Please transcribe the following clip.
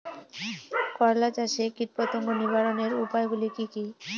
করলা চাষে কীটপতঙ্গ নিবারণের উপায়গুলি কি কী?